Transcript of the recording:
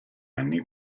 anni